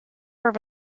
were